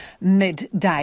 midday